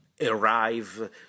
arrive